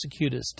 executest